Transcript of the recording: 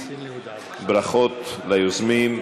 ברכות ליוזמים.